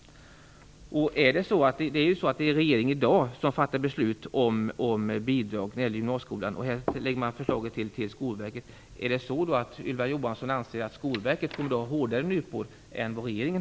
Regeringen fattar beslut om bidrag till gymnasieskolan och lägger fram förslag till Skolverket. Anser Ylva Johansson att Skolverket borde ha hårdare nypor än regeringen?